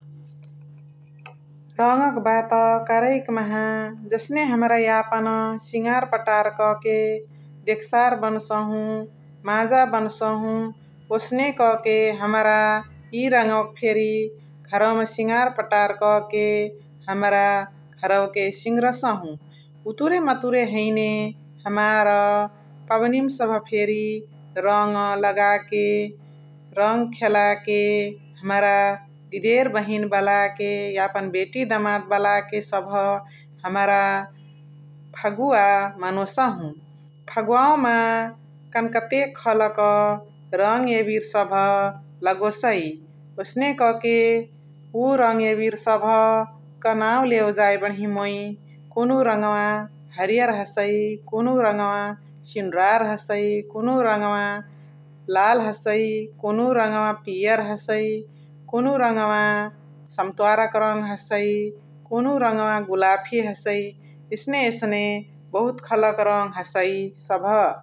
रङक बात करइ कि माहा जसने हमरा यापन सिङार पतार कके देगसार बनसाहु, माजा बनसाहु । ओसने कके हमरा इ रङवक फेरी घरवमा सिङार पतार कके हमरा घरवके सिङग्रसहु । उतुरे मतुरे हैने हमार पबनी मा सबह फेरी रङ लगाके रङ खेलाके हमरा दिदेरी बहिन बलाके, यापन बेटी दमाद बलाके सबह हमरा फगुवा मनोसहु । फगुवावमा कन्कतेक खलक रङ एबिर सबह लगोसइ । ओसने कके उ रङ एबिर सबह्क नाउ लेवे जाइ बणही मुइ । कुनुहु रङवा हरिय हसइ, कुनुहु रङवा सिनुरार हसइ, कुनुहु रङवा लाल हसइ, कुनुहु रङवा पियार हसइ, कुनुहु रङवा सम्त्वारक रङ हसइ, कुनुहु रङवा गुलाफी हसइ । एसने एसने बहुत खलक रङ हसइ सबह ।